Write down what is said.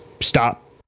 stop